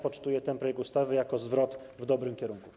Poczytuję ten projekt ustawy jako zwrot w dobrym kierunku.